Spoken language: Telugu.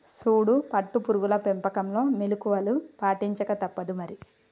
సూడు పట్టు పురుగుల పెంపకంలో మెళుకువలు పాటించక తప్పుదు మరి